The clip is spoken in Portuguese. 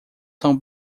são